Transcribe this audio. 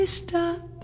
stop